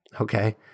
Okay